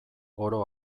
oro